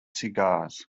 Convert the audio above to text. cigars